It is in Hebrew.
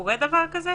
קורה דבר כזה?